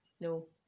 No